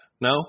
No